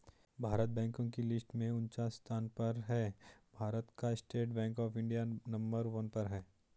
भारत बैंको की लिस्ट में उनन्चास स्थान पर है भारत का State Bank of India number one पर है